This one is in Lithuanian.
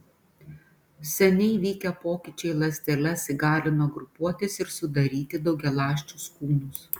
seniai vykę pokyčiai ląsteles įgalino grupuotis ir sudaryti daugialąsčius kūnus